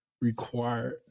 required